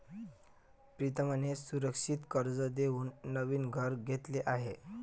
प्रीतमने सुरक्षित कर्ज देऊन नवीन घर घेतले आहे